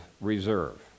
reserve